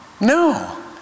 No